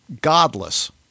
Godless